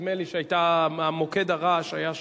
נדמה לי שמוקד הרעש היה שם.